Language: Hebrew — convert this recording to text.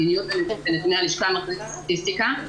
מדיניות --- הלשכה המרכזית לסטטיסטיקה,